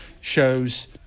shows